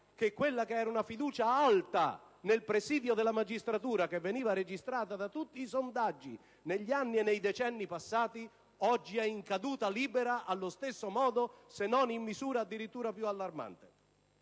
che quella che era una fiducia alta nel presidio della magistratura, che si registrava in tutti i sondaggi negli anni e nei decenni passati, oggi è in caduta libera allo stesso modo, se non in misura addirittura più allarmante.